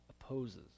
opposes